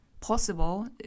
possible